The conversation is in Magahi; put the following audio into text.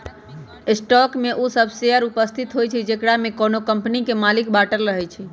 स्टॉक में उ सभ शेयर उपस्थित होइ छइ जेकरामे कोनो कम्पनी के मालिक बाटल रहै छइ